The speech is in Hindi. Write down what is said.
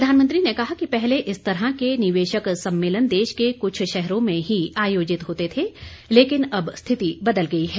प्रधानमंत्री ने कहा कि पहले इस तरह के निवेशक सम्मेलन देश के कुछ शहरों मे ही आयोजित होते थे लेकिन अब स्थिति बदल गई है